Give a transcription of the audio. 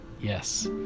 Yes